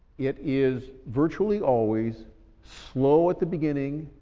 it is virtually always slow at the beginning,